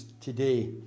today